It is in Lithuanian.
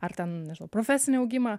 ar ten nežinau profesinį augimą